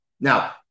Now